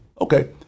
Okay